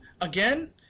again